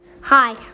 Hi